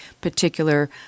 particular